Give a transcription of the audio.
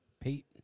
Pete